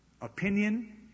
opinion